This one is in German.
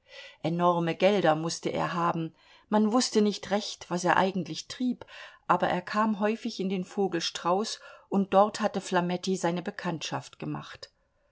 enorme gelder mußte er haben man wußte nicht recht was er eigentlich trieb aber er kam häufig in den vogel strauß und dort hatte flametti seine bekanntschaft gemacht